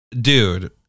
dude